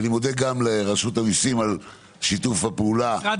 ואני מודה גם לרשות המיסים על שיתוף הפעולה ומשרד